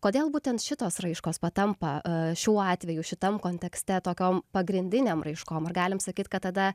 kodėl būtent šitos raiškos patampa šiuo atveju šitam kontekste tokiam pagrindiniam raiškom galime sakyti kad tada